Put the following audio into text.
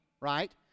right